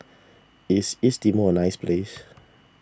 is East Timor a nice place